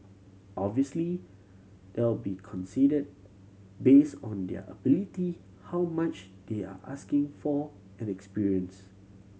obviously they'll be consider base on their ability how much they are asking for and experience